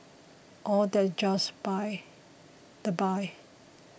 all that just by the by